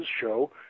show